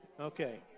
Okay